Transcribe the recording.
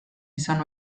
izan